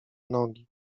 nogi